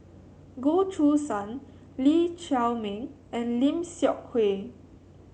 Goh Choo San Lee Chiaw Meng and Lim Seok Hui